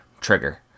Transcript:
trigger